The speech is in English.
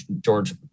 George